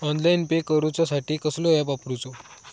Online pay करूचा साठी कसलो ऍप वापरूचो?